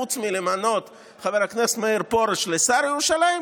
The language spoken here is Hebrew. חוץ מלמנות את חבר הכנסת פרוש לשר ירושלים,